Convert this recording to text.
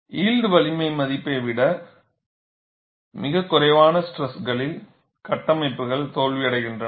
yield வலிமை மதிப்பை விட மிகக் குறைவான ஸ்ட்ரெஸ்களில் கட்டமைப்புகள் தோல்வியடைகின்றன